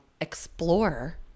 explore